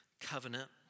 covenant